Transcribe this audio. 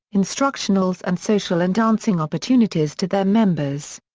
instructionals and social and dancing opportunities to their members.